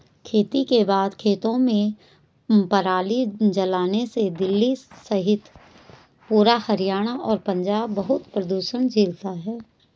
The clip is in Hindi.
खेती के बाद खेतों में पराली जलाने से दिल्ली सहित पूरा हरियाणा और पंजाब बहुत प्रदूषण झेलता है